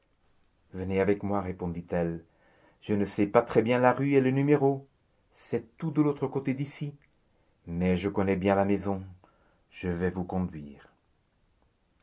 venez avec moi répondit-elle je ne sais pas bien la rue et le numéro c'est tout de l'autre côté d'ici mais je connais bien la maison je vais vous conduire